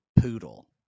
poodle